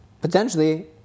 potentially